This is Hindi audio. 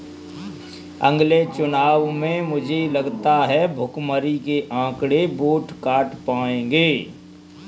अगले चुनाव में मुझे लगता है भुखमरी के आंकड़े वोट काट पाएंगे